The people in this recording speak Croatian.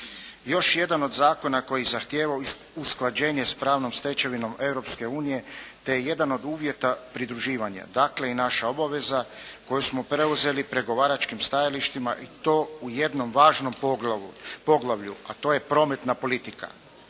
Još jedan od zakona koji zahtijeva usklađenje s pravnom stečevinom Europske unije te je jedan od uvjeta pridruživanja dakle i naša obaveza koju smo preuzeli pregovaračkim stajalištima i to u jednom važnom poglavlju a to je prometna politika,